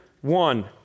one